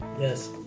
Yes